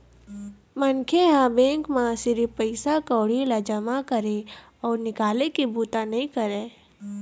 मनखे ह बेंक म सिरिफ पइसा कउड़ी ल जमा करे अउ निकाले के बूता नइ करय